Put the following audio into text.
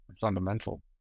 fundamental